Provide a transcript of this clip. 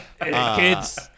kids